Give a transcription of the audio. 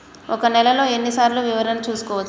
ఒక నెలలో ఎన్ని సార్లు వివరణ చూసుకోవచ్చు?